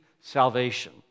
salvation